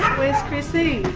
where's chrissie?